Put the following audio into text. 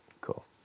cool